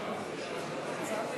הצעת